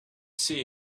see